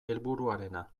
helburuarena